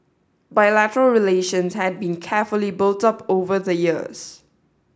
bilateral relations had been carefully built up over the years